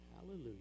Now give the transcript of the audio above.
Hallelujah